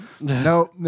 No